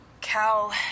Cal